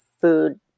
food